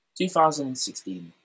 2016